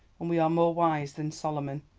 and we are more wise than solomon,